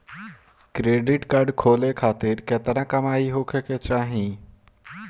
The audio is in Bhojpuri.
क्रेडिट कार्ड खोले खातिर केतना कमाई होखे के चाही?